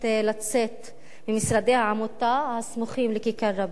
לצאת ממשרדי העמותה הסמוכים לכיכר-רבין